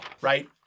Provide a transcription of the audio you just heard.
right